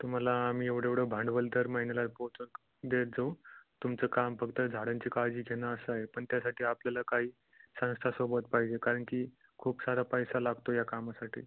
तुम्हाला आम्ही एवडंढं एवढं भांडवल दर महिन्याला रोखच देत जाऊ तुमचं काम फक्त झाडांची काळजी घेणं असं आहे पण त्यासाठी आपल्याला काही संस्थासोबत पाहिजे कारण की खूप सारा पैसा लागतो या कामासाठी